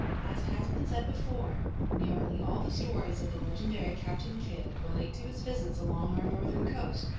as has been said before, nearly all the stories of the legendary captain kidd relate to his visits along our northern coast,